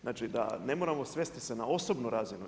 Znači da ne moramo se svesti se na osobnu razinu.